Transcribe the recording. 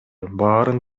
баарын